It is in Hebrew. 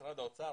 משרד האוצר,